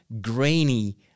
grainy